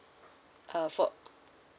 uh for